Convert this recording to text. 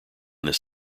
this